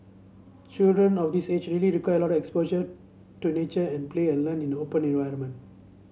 children of this age really require a lot exposure to nature and play and learn in open environment